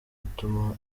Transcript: gutuma